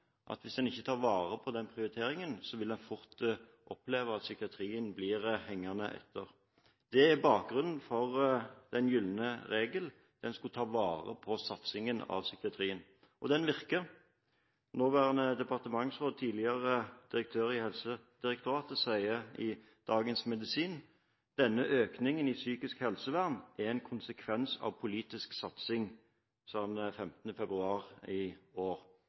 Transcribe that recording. at hvis en ikke tar vare på den prioriteringen, vil man fort oppleve at psykiatrien blir hengende etter. Det er bakgrunnen for den gylne regel: Man skal ta vare på satsingen av psykiatrien – og den virker. Nåværende departementsråd, tidligere direktør i Helsedirektoratet, sa i Dagens Medisin, 15. februar i år: «Denne økningen i psykisk helsevern er en konsekvens av politisk satsing.»